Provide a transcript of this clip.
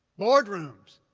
boardrooms.